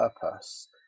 purpose